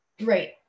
Right